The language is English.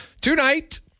tonight